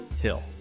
Hill